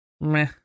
Meh